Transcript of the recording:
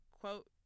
Quote